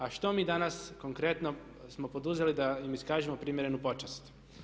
A što mi danas konkretno smo poduzeli da im iskažemo primjerenu počast?